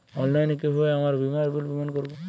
অনলাইনে কিভাবে আমার বীমার বিল পেমেন্ট করবো?